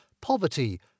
poverty